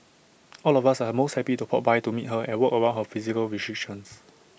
all of us are most happy to pop by to meet her and work around her physical restrictions